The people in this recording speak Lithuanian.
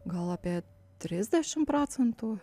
gal apie trisdešimt procentų